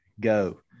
go